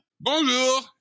Bonjour